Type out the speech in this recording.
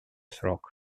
срок